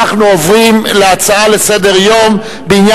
נעבור להצעות לסדר-היום מס'